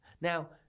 Now